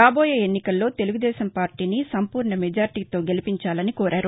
రాబోయే ఎన్నికల్లో తెలుగుదేశం పార్టీని సంపూర్ణ మెజార్టీతో గెలిపించాలని కోరారు